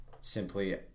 simply